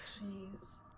Jeez